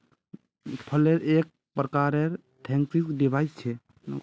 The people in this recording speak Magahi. फ्लेल एक प्रकारेर थ्रेसिंग डिवाइस छ